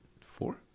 Four